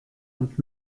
und